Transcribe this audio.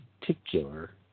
particular